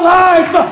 life